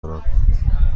دارم